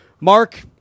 Mark